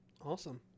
Awesome